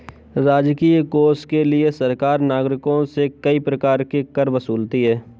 राजकीय कोष के लिए सरकार नागरिकों से कई प्रकार के कर वसूलती है